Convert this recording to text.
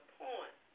point